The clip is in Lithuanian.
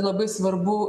labai svarbu